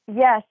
Yes